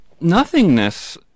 nothingness